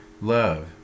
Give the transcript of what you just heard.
love